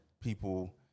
people